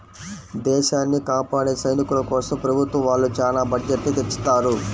దేశాన్ని కాపాడే సైనికుల కోసం ప్రభుత్వం వాళ్ళు చానా బడ్జెట్ ని తెచ్చిత్తారు